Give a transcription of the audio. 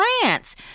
France